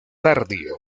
tardío